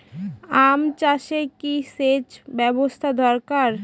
আম চাষে কি সেচ ব্যবস্থা দরকার?